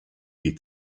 die